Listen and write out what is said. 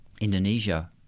Indonesia